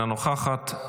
אינה נוכחת,